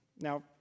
Now